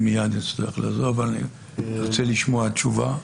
אני מיד אצטרך לעזוב ואני רוצה לשמוע תשובה.